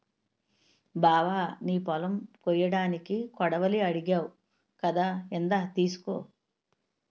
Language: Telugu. బావా నీ పొలం కొయ్యడానికి కొడవలి అడిగావ్ కదా ఇందా తీసుకో